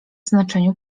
znaczeniu